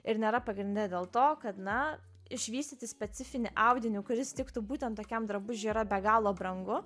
ir nėra pagrinde dėl to kad na išvystyti specifinį audinį kuris tiktų būtent tokiam drabužiui yra be galo brangu